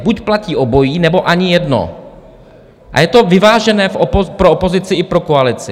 Buď platí obojí, nebo ani jedno, a je to vyvážené pro opozici i pro koalici.